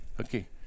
okay